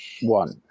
one